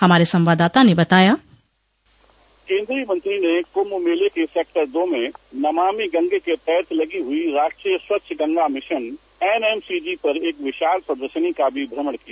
हमारे संवाददाता ने बताया केन्द्रीय मंत्री ने कुंभ मेल के सेक्टर दो में नमामि गंगे पर लगी हुई राष्ट्रीय स्वच्छ गंगा मिशन एनएनसीजी पर एक विशाल प्रदर्शनी का भी भ्रमण किया